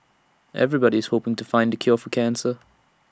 everyone's hoping to find the cure for cancer